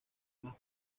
más